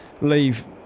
leave